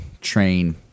train